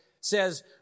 says